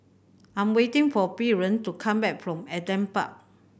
I'm waiting for Brien to come back from Adam Park